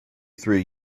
three